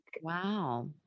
wow